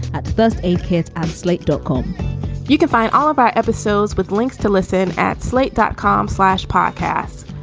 at first aid kids and slate dot com you can find all of our episodes with links to listen at slate dot com slash podcast.